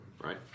right